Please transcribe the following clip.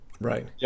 Right